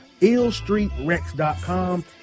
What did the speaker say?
illstreetrex.com